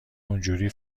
اونحوری